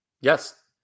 Yes